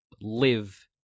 live